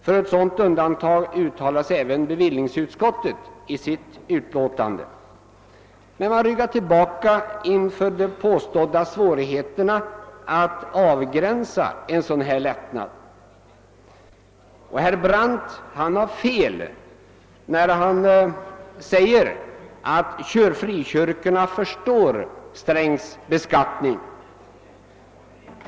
För ett sådant undantag uttalar sig även bevillningsutskottet i sitt betänkande, men man ryggar tillbaka inför de påstådda svårigheterna att avgränsa en sådan här lättnad. Herr Brandt har fel när han säger att frikyrkorna förstår herr Strängs beskattning.